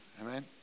Amen